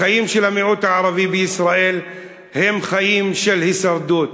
החיים של המיעוט הערבי בישראל הם חיים של הישרדות,